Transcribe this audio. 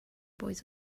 boys